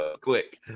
Quick